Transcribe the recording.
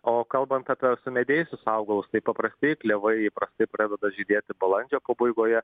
o kalbant apie sumedėjusius augalus tai paprasti klevai įprastai pradeda žydėti balandžio pabaigoje